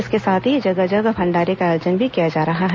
इसके साथ ही जगह जगह भंडारे का आयोजन भी किया जा रहा है